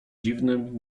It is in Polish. dziwnym